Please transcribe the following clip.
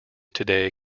today